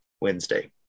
Wednesday